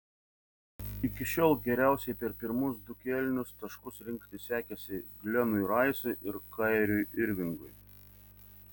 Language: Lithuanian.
iki šiol geriausiai per pirmus du kėlinius taškus rinkti sekėsi glenui raisui ir kairiui irvingui